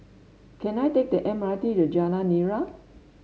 can I take the M R T to Jalan Nira